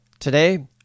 Today